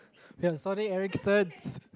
we had Sony-Ericssons